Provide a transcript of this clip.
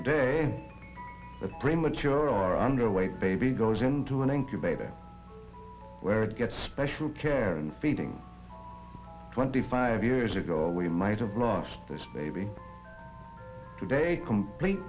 a premature underweight baby goes into an incubator where it gets special care and feeding twenty five years ago we might have lost this baby today complete